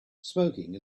smoking